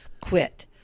quit